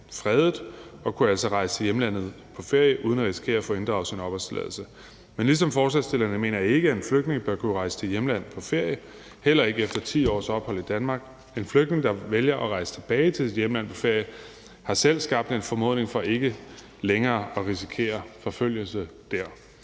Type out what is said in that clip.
fredet og kunne altså rejse på ferie til hjemlandet uden at risikere at få inddraget sin opholdstilladelse. Men ligesom forslagsstillerne mener jeg ikke, at en flygtning bør kunne rejse til sit hjemland på ferie, heller ikke efter 10 års ophold i Danmark. En flygtning, der vælger at rejse tilbage til sit hjemland, har selv skabt en formodning om ikke længere at risikere forfølgelse der.